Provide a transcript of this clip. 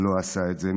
לא עשה את זה,